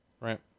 Right